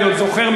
אני עוד זוכר,